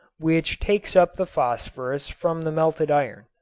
which takes up the phosphorus from the melted iron.